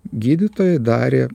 gydytojai darė